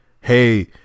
hey